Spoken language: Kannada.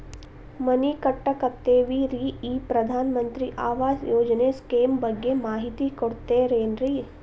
ಮನಿ ಕಟ್ಟಕತೇವಿ ರಿ ಈ ಪ್ರಧಾನ ಮಂತ್ರಿ ಆವಾಸ್ ಯೋಜನೆ ಸ್ಕೇಮ್ ಬಗ್ಗೆ ಮಾಹಿತಿ ಕೊಡ್ತೇರೆನ್ರಿ?